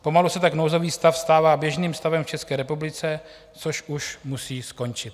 Pomalu se tak nouzový stav stává běžným stavem v České republice, což už musí skončit.